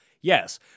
yes